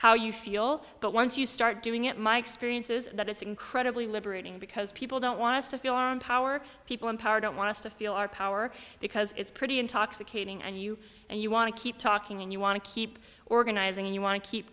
how you feel but once you start doing it my experiences that it's incredibly liberating because people don't want to feel empowered people in power don't want to feel our power because it's pretty intoxicating and you and you want to keep talking and you want to keep organizing and you want to keep